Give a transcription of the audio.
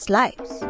lives